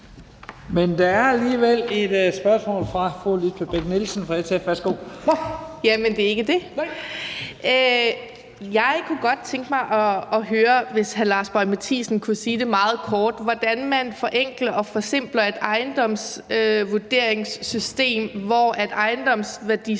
Der er alligevel et spørgsmål fra fru Lisbeth Bech-Nielsen fra SF. Værsgo. Kl. 11:27 Lisbeth Bech-Nielsen (SF): Jeg kunne godt tænke mig at høre – hvis hr. Lars Boje Mathiesen kan sige det meget kort – hvordan man forenkler og forsimpler et ejendomsvurderingssystem, hvor ejendomsværdiskatten